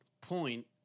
point